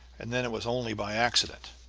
and then it was only by accident.